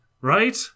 right